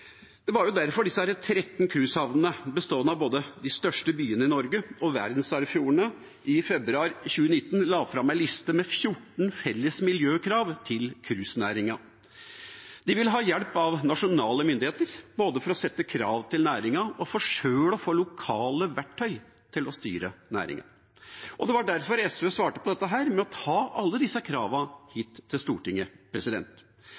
Det var derfor de 13 cruisehavnene, bestående av både de største byene i Norge og verdensarvfjordene, i februar 2019 la fram en liste med 14 felles miljøkrav til cruisenæringen. De ville ha hjelp av nasjonale myndigheter både til å sette krav til næringen og til sjøl å få lokale verktøy til å styre næringen. Det var derfor SV svarte på dette med å ta alle disse kravene hit